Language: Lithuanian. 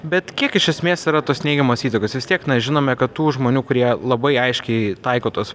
bet kiek iš esmės yra tos neigiamos įtakos vis tiek na žinome kad tų žmonių kurie labai aiškiai taiko tuos